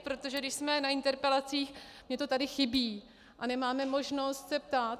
Protože když jsme na interpelacích, mně to tady chybí a nemáme možnost se ptát.